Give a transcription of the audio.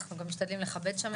אנחנו גם משתדלים לכבד שם את כולם.